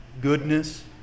goodness